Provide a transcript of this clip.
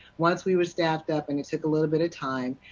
once we were staff it up and took a little bit of time,